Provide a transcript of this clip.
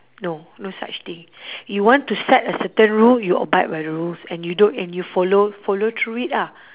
no no such thing you want to set a certain rule you abide by the rules and you don't and you follow follow through it ah